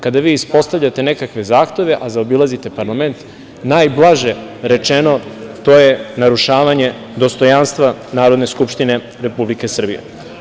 Kada vi ispostavljate nekakve zahteve, a zaobilazite parlament najblaže rečeno, to je narušavanje dostojanstva Narodne skupštine Republike Srbije.